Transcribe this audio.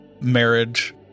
marriage